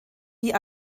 die